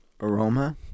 aroma